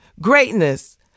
Greatness